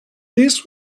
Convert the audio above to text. this